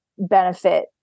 benefit